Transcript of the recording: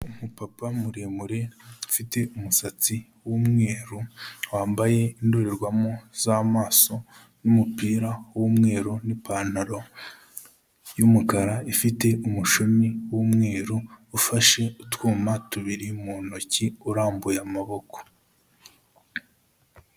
Umupapa muremure ufite umusatsi w'umweru, wambaye indorerwamo z'amaso n'umupira w'umweru n'ipantaro y'umukara ifite umushumi w'umweru, ufashe utwuma tubiri mu ntoki urambuye amaboko.